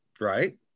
right